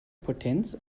potenz